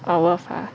oh worth ah